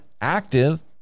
active